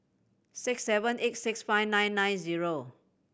six seven eight six five nine nine zero